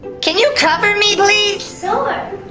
can you cover me please? so um